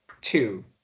two